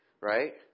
right